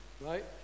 Right